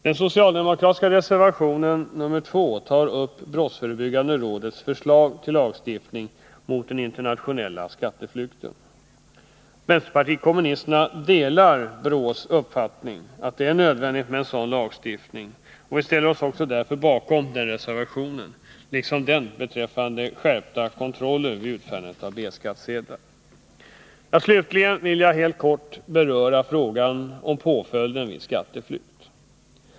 Den socialdemokratiska reservationen 2 tar upp brottsförebyggande rådets förslag till lagstiftning mot den internationella skatteflykten. Vpk delar BRÅ:s uppfattning att det är nödvändigt med en sådan lagstiftning, och vi ställer oss därför bakom den reservationen liksom också bakom reservationen beträffande skärpt kontroll vid utfärdande av B-skattesedlar. Slutligen skall jag helt kort beröra frågan om påföljden vid skatteflykt.